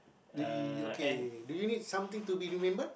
do you okay do you need something to be remembered